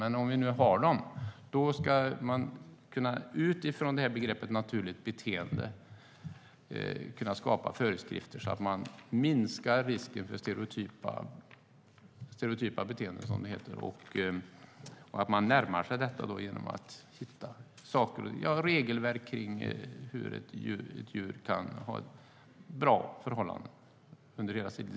Men om vi nu har en sådan ska man utifrån begreppet "naturligt beteende" kunna skapa föreskrifter som minskar risken för stereotypa beteenden. Man närmar sig detta genom att hitta regelverk som gör att djur kan ha bra förhållanden under hela sitt liv.